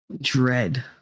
dread